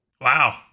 Wow